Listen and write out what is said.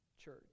church